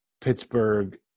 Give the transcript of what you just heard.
Pittsburgh